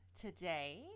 today